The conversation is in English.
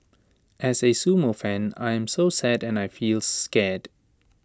as A sumo fan I am so sad and also feel scared